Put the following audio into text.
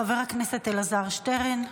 חבר הכנסת אלעזר שטרן,